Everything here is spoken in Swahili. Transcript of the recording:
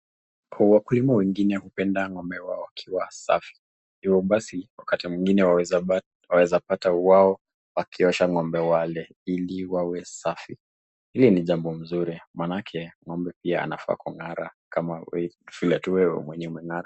Wakulima wengine hupenda ng'ombe wao wakiwa safi hivyo basi wakati mwingine waweza pata wao wakiosha ng'ombe wale ili wawe safi. Hiyo ni jambo mzuri manake ng'ombe pia anafaa kung'ara kama vile tu wewe umeng'ara.